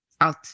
out